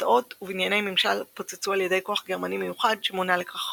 אנדרטאות ובנייני ממשל פוצצו על ידי כוח גרמני מיוחד שמונה לכך.